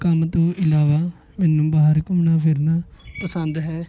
ਕੰਮ ਤੋਂ ਇਲਾਵਾ ਮੈਨੂੰ ਬਾਹਰ ਘੁੰਮਣਾ ਫਿਰਨਾ ਪਸੰਦ ਹੈ